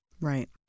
Right